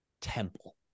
temple